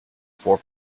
four